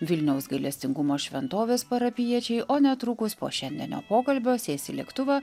vilniaus gailestingumo šventovės parapijiečiai o netrukus po šiandienio pokalbio sės į lėktuvą